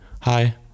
hi